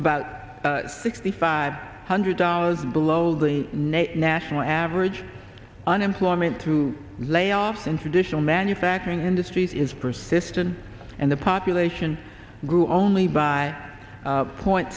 about sixty five hundred dollars below the net national average unemployment through layoffs in traditional manufacturing industries is persistent and the population grew only by point